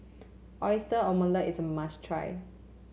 Oyster Omelette is a must try